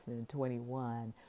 2021